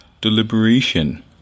deliberation